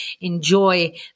Enjoy